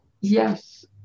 Yes